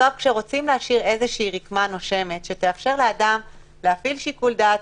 רוצים להשאיר איזו שהיא רקמה נושמת שתאפשר לאדם להפעיל שיקול דעת,